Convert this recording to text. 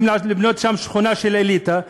רוצים לבנות שם שכונה של אליטה,